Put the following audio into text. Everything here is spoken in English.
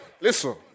Listen